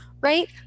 right